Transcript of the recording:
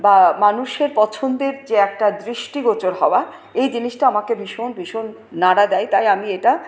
বা মানুষের পছন্দের যে একটা দৃষ্টিগোচর হওয়া এই জিনিসটা আমাকে ভীষণ ভীষণ নাড়া দেয় তাই আমি এইটা